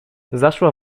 zaszła